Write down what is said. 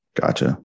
Gotcha